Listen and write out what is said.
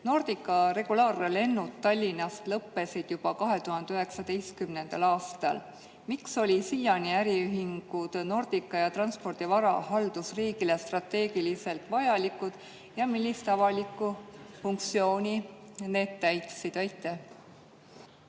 Nordica regulaarlennud Tallinnast lõppesid juba 2019. aastal. Miks olid siiani äriühingud Nordica ja Transpordi Varahaldus riigile strateegiliselt vajalikud ja millist avalikku funktsiooni need täitsid? Aitäh!